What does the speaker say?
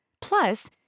Plus